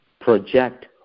project